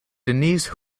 denise